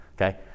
Okay